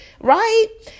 right